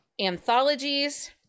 anthologies